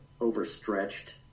overstretched